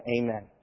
Amen